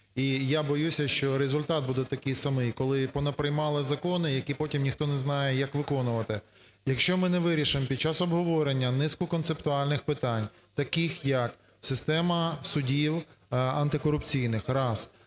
і я боюся, що результат буде такий самий, коли понаприймали закони, які потім ніхто не знає, як виконувати, якщо ми не вирішимо під час обговорення низку концептуальних питань, таких, як система судів антикорупційних. Раз.